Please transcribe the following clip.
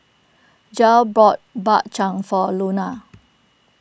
Jair bought Bak Chang for Launa